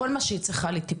כל מה שהיא צריכה לטיפול?